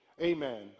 Amen